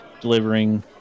delivering